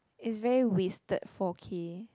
it's very wasted four K